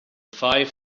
five